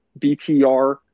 BTR